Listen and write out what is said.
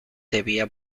debía